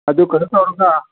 ꯑꯗꯨ ꯀꯩꯅꯣ ꯇꯧꯔꯒ